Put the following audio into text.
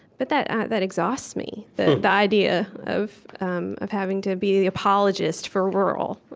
but that that exhausts me, the the idea of um of having to be the apologist for rural.